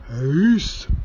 Peace